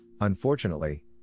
Unfortunately